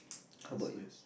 how about you